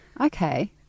Okay